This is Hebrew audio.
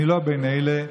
אני לא בין אלה.